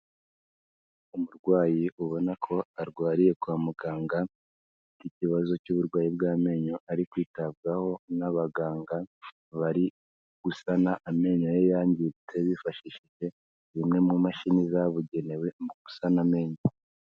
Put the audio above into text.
Umurwayi ubona ko arwariye kwa muganga, afite ikibazo cy'uburwayi bw'amenyo ari kwitabwaho n'abaganga, bari gusana amenyo ye yangiritse bifashishije zimwe mu mashini zabugenewe gusana amenyo.